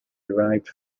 derived